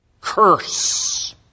Curse